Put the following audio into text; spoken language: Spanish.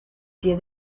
pie